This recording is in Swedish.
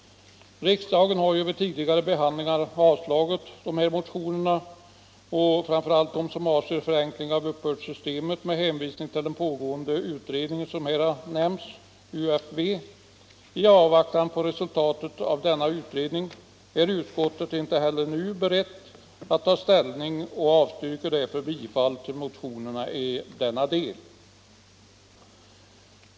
Riksdagen har vid tidigare tillfällen avslagit motionerna — framför allt de som avser förenkling av uppbördssystemet — med hänvisning till den pågående utredningen om företagens uppgiftsplikt, UFU, som här nämnts. I avvaktan på resultatet av denna utredning är utskottet inte heller nu berett att ta ställning och avstyrker därför bifall till motionerna i denna del.